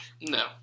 No